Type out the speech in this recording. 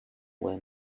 were